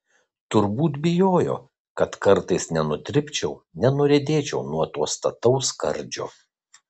turbūt bijojo kad kartais nenudribčiau nenuriedėčiau nuo to stataus skardžio